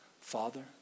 Father